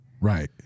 Right